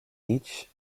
each